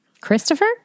Christopher